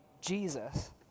Jesus